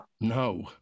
no